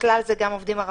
ובכלל זה גם עובדים ערבים,